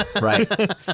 Right